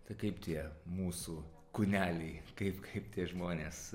tai kaip tie mūsų kūneliai kaip kaip tie žmonės